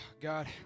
God